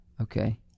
Okay